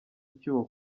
icyuho